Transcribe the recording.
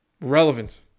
relevant